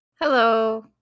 Hello